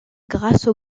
grâce